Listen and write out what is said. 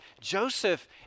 Joseph